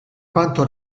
quanto